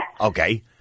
Okay